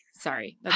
sorry